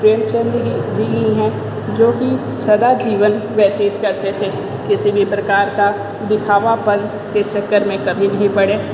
प्रेमचंद ही जी ही हैं जो कि सादा जीवन व्यतीत करते थे किसी भी प्रकार का दिखावापन के चक्कर में कभी नहीं पड़ें